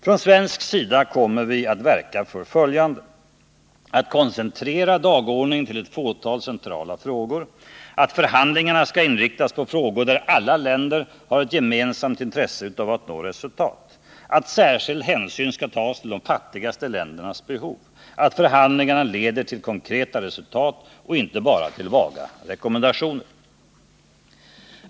Från svensk sida kommer vi att verka för följande: att dagordningen koncentreras till ett fåtal centrala frågor, att förhandlingarna inriktas på frågor där alla länder har ett gemensamt intresse av att nå resultat, att särskild hänsyn tas till de fattigaste ländernas behov, att förhandlingarna leder till konkreta resultat och inte bara till vaga rekommendationer.